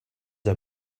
are